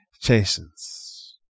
chastens